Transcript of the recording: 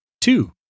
Two